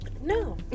no